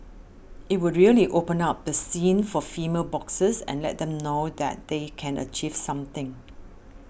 it would really open up the scene for female boxers and let them know that they can achieve something